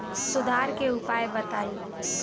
सुधार के उपाय बताई?